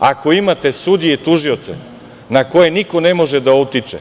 Ako imate sudije i tužioce na koje niko ne može da utiče